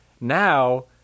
now